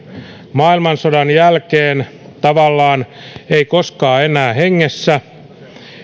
maailmansodan jälkeen tavallaan ei koskaan enää hengessä